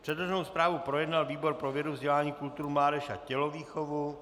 Předloženou zprávu projednal výbor pro vědu, vzdělání, kulturu, mládež a tělovýchovu.